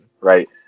right